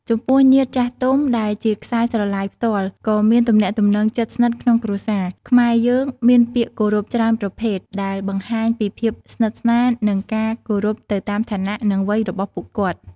ចំពោះញាតិចាស់ទុំដែលជាខ្សែស្រឡាយផ្ទាល់ ឬមានទំនាក់ទំនងជិតស្និទ្ធក្នុងគ្រួសារ ខ្មែរយើងមានពាក្យគោរពច្រើនប្រភេទ ដែលបង្ហាញពីភាពស្និទ្ធស្នាល និងការគោរពទៅតាមឋានៈ និងវ័យរបស់ពួកគាត់។